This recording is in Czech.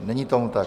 Není tomu tak.